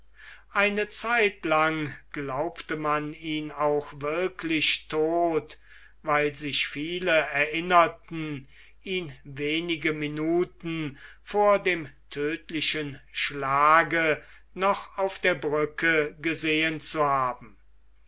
eine zeitlang glaubte man ihn auch wirklich todt weil sich viele erinnerten ihn wenige minuten vor dem tödtlichen schlage noch auf der brücke gesehen zu haben